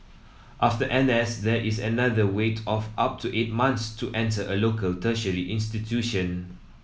after N S there is another wait of up to eight months to enter a local tertiary institution